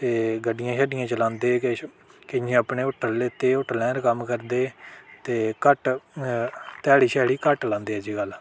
ते गड्डियां शड्डियां चलांदे किश कियां अपने होटल लेते दे होटल र कम्म करदे घट्ट ध्याड़ी घट्ट लादें अज्ज कल